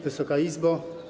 Wysoka Izbo!